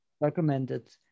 recommended